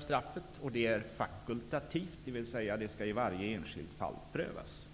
straffet, som är fakultativt, dvs. skall i varje enskilt fall prövas.